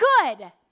good